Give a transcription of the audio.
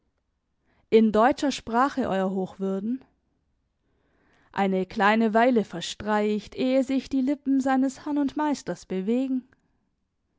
in deutscher sprache euer hochwürden eine kleine weile verstreicht ehe sich die lippen seines herrn und meisters bewegen